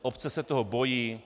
Obce se toho bojí.